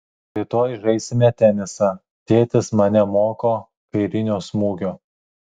rytoj žaisime tenisą tėtis mane moko kairinio smūgio